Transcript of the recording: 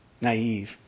naive